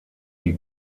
die